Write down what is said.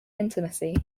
intimacy